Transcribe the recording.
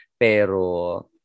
pero